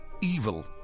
evil